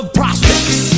prospects